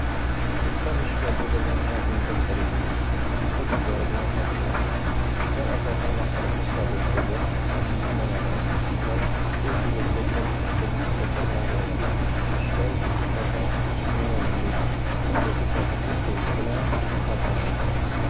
It va mushiklar bir-biridan tanasining kattaligi, qxulqatvori bilan farq qiladi. Itlar asosan vaqtini tashqarida oʻtkazib, uyni himoyalash va oʻz egasiga sodiqlik kabi xususiyatlar bilan ajraladi. Mushklar esa asosan muloyimlik, uyda ko'proq vaqt o'tkazishi bilan farqlanadi.